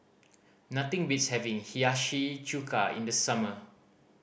nothing beats having Hiyashi Chuka in the summer